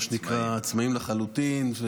-- מה שנקרא עצמאיים לחלוטין.